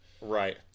Right